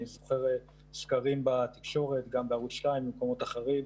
אני זוכר סקרים בתקשורת, בערוץ 2 ובמקומות אחרים,